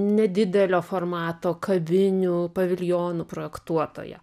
nedidelio formato kavinių paviljonų projektuotoja